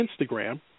Instagram